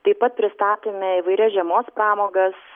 taip pat pristatome įvairias žiemos pramogas